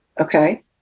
Okay